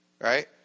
right